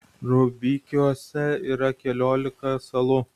rubikiuose yra keliolika salų